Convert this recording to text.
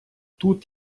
тут